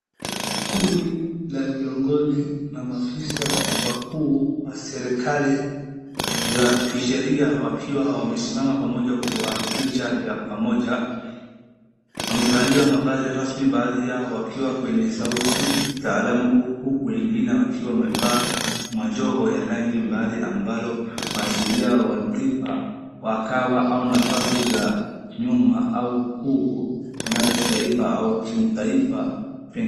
Kundi la viongozi na maafisa wakuu wa serikali za kisheria wakiwa wamesimama pamoja kwa picha ya pamoja, wamevalia mavazi rasmi baadhi yao wakiwa kwenye suti taalam huku wengine wakiwa wamevaa majoho ya rangi mbali ambalo waashiria wa lipa wa kawa au mavazi za nyuma au kuu zinayojitahidi taifa au kimataifa.